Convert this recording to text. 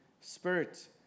Spirit